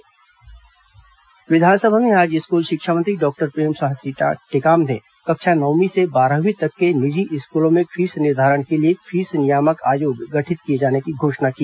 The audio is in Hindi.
विधानसभा फीस नियामक आयोग विधानसभा में आज स्कूल शिक्षा मंत्री डॉक्टर प्रेमसाय सिंह टेकाम ने कक्षा नवमीं से बारहवीं तक के निजी स्कूलों में फीस निर्धारण के लिए फीस नियामक आयोग गठित किए जाने की घोषणा की